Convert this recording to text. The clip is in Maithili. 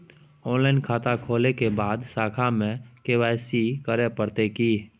ऑनलाइन खाता खोलै के बाद शाखा में के.वाई.सी करे परतै की?